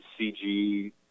CG